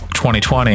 2020